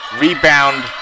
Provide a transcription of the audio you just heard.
rebound